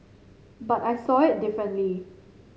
but I saw it differently